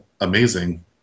amazing